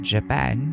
Japan